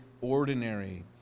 ordinary